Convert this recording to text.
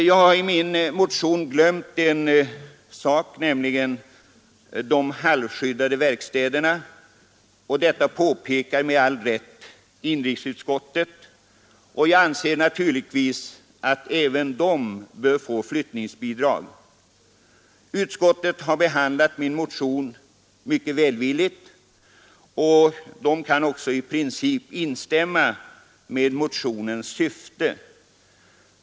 Jag har i min motion glömt de halvskyddade verkstäderna. Detta påpekar med all rätt inrikesutskottet. Jag anser naturligtvis att även de som arbetar i halvskyddade verkstäder bör kunna få flyttningsbidrag. Utskottet har behandlat min motion mycket välvilligt och kan i princip instämma i motionens syfte.